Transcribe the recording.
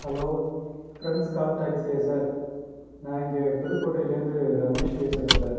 hello friends call டாக்ஸியா sir நான் இங்கே புதுக்கோட்டையிலேருந்து ரமேஷ் பேசுறேன் சார்